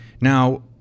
Now